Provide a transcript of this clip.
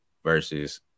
versus